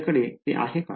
आपल्याकडे ते आहे का